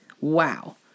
Wow